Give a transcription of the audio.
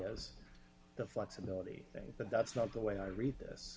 as the flexibility thing but that's not the way i read this